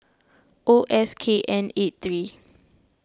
O S K N eighty three